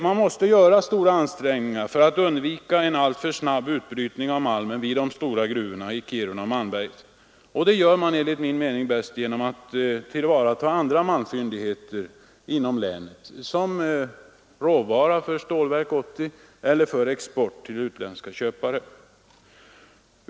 Man måste göra stora ansträngningar för att undvika en alltför snabb utbrytning av malmen vid de stora gruvorna i Kiruna och Malmberget, och det gör man enligt min mening bäst genom att tillvarata andra malmfyndigheter inom länet som råvara för Stålverk 80 eller för export till utländska köpare.